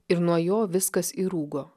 ir nuo jo viskas įrūgo